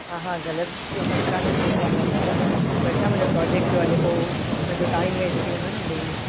हा हा ग़लति जो कमु कोने सही ॻाल्हि आहे दादा पर छा मुंहिंजो प्रोजेक्ट पियो हले पोइ छा मुंहिंजो टाईम वेस्ट थी वेंदो न डेली